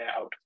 out